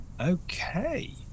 Okay